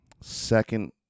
second